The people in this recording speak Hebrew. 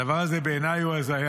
בעיניי הדבר הזה הוא הזיה.